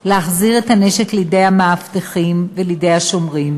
להחזיר את הנשק לידי המאבטחים ולידי השומרים,